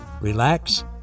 relax